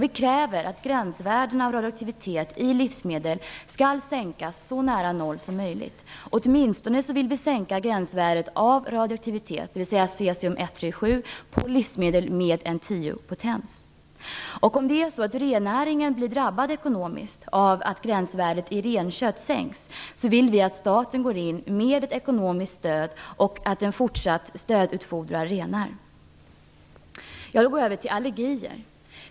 Vi kräver att gränsvärdena för radioaktivitet i livsmedel skall sänkas till så nära noll som möjligt. Vi vill åtminstone sänka gränsvärdet för radioaktivitet, dvs. cesium 137, i livsmedel med en tiopotens. Om rennäringen blir drabbat ekonomiskt av att gränsvärdet för renkött sänks vill vi att staten går in med ett ekonomiskt stöd och att man fortsatt stödutfodrar renar. Jag går nu över till att tala om allergier.